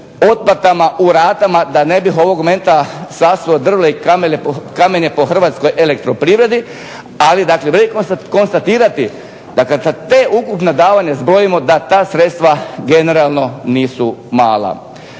otplatama u ratama da ne bih ovog momenta sasuo drvlje i kamenje po Hrvatskoj elektroprivredi, ali dakle vrijedi konstatirati da kad se ta ukupna davanja zbroje da ta sredstva generalno nisu mala.